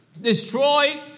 destroy